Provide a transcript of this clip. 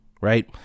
right